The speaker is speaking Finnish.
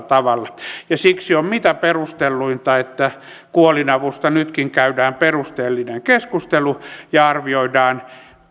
tavalla siksi on mitä perustelluinta että kuolinavusta nytkin käydään perusteellinen keskustelu ja arvioidaan